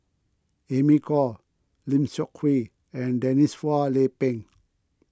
Amy Khor Lim Seok Hui and Denise Phua Lay Peng